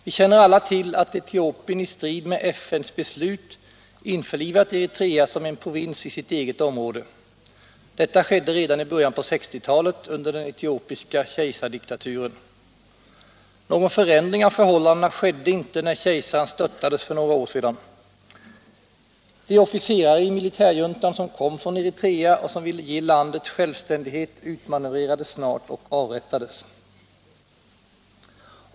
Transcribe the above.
Vi känner alla till att Etiopien, i strid med FN:s beslut, införlivat Eritrea som en provins i sitt eget område. Detta skedde redan i början på 1960-talet under den etiopiska kejsardiktaturen. Någon förändring av förhållandena skedde inte när kejsaren störtades för några år sedan. De officerare i militärjuntan som kom från Eritrea och som ville ge landet självständighet utmanövrerades snart och avrättades.